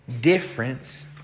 difference